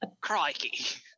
Crikey